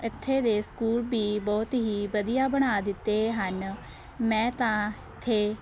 ਇੱਥੇ ਦੇ ਸਕੂਲ ਵੀ ਬਹੁਤ ਹੀ ਵਧੀਆ ਬਣਾ ਦਿੱਤੇ ਹਨ ਮੈਂ ਤਾਂ ਇੱਥੇ